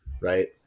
right